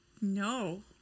No